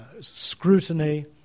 scrutiny